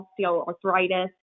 osteoarthritis